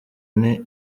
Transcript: nte